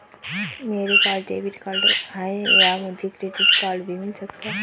मेरे पास debit card है क्या मुझे क्रेडिट कार्ड भी मिल सकता है?